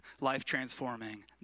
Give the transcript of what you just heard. life-transforming